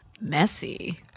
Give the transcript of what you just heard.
Messy